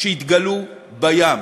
שהתגלו בים.